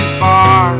far